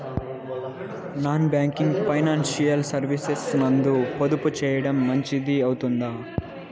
Non banking financial services నందు పొదుపు సేయడం మంచిది అవుతుందా?